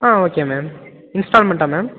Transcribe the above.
ஆ okay ma'am இன்ஸ்டால்மெண்ட்டாக ma'am